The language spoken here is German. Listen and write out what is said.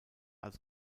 als